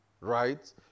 right